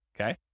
okay